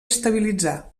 estabilitzar